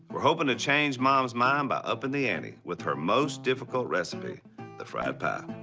we're hoping to change mom's mind by upping the ante with her most difficult recipe the fried pie.